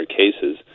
cases